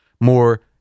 more